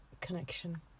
connection